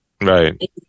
Right